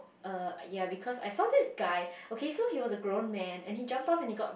err ya because I saw this guy okay so he was a grown man and he jumped off and he got the